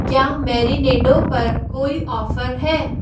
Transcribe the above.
क्या मैरिनेडों पर कोई ऑफर है